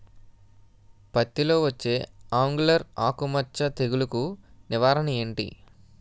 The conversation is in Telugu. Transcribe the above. పత్తి లో వచ్చే ఆంగులర్ ఆకు మచ్చ తెగులు కు నివారణ ఎంటి?